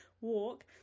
walk